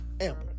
Amber